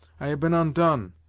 i have been undone,